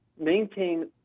maintain